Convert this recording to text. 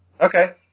Okay